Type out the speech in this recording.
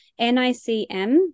NICM